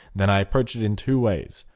then i approach it in two ways.